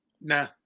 Nah